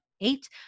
Eight